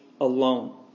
alone